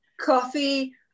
coffee